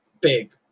big